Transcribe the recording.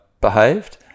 behaved